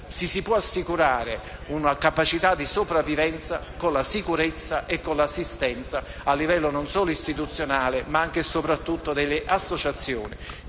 si può assicurare una capacità di sopravvivenza, con la sicurezza e l'assistenza a livello non solo istituzionale, ma anche e soprattutto delle associazioni